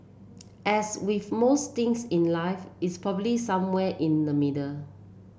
as with most things in life it's probably somewhere in the middle